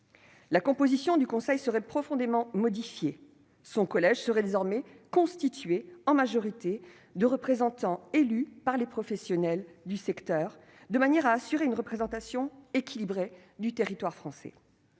La composition de cette instance serait profondément modifiée. Son collège serait désormais constitué en majorité de représentants élus par les professionnels du secteur, de manière à assurer une représentation équilibrée du territoire français.